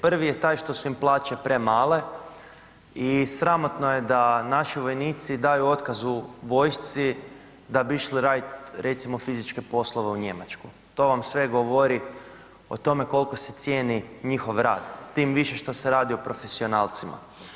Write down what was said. Prvi je taj što su im plaće premale i sramotno je da naši vojnici daju otkaz u vojci da bi išli radit recimo fizičke poslove u Njemačku, to vam sve govori o tome koliko se cijeni njihov rad tim više što se radi o profesionalcima.